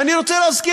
ואני רוצה להזכיר,